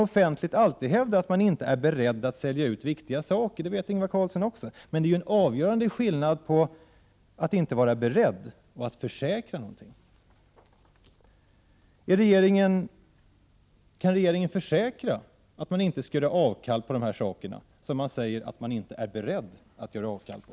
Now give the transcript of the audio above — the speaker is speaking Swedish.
Offentligt hävdas alltid att man inte är beredd att sälja ut viktiga saker. Det vet Ingvar Carlsson också. Men det är en avgörande skillnad på att inte vara beredd och att försäkra något. Kan regeringen försäkra att man inte skall göra avkall på dessa saker, som man säger att man inte är beredd att göra avkall på?